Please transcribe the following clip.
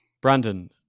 Brandon